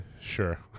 Sure